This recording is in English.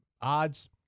Odds